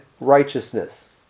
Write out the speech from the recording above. righteousness